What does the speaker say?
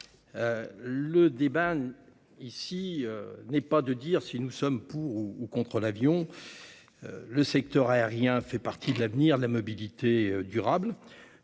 le débat n'est pas de savoir si nous sommes pour ou contre l'avion. Le secteur aérien participe de l'avenir de la mobilité durable.